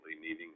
needing